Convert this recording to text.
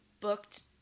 booked –